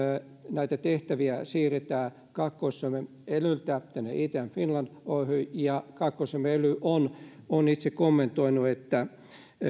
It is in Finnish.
näitä tehtäviä siirretään kaakkois suomen elyltä tänne itm finland oyhyn ja kaakkois suomen ely on on itse kommentoinut